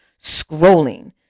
scrolling